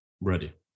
Ready